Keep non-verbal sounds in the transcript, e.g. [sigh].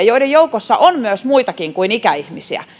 [unintelligible] joiden joukossa on myös muitakin kuin ikäihmisiä